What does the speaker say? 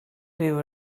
ryw